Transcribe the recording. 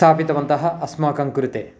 स्थापितवन्तः अस्माकं कृते